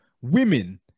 women